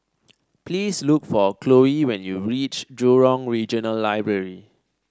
please look for Cloe when you reach Jurong Regional Library